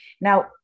Now